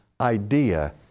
idea